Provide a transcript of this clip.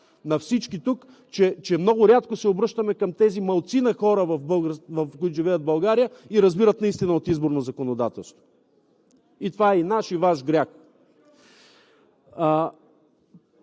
на всички тук, че много рядко се обръщаме към тези малцина хора, които живеят в България и разбират наистина от изборно законодателство. Това е и наш, и Ваш грях.